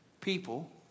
People